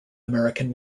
american